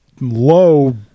low